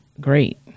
great